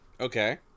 Okay